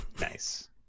Nice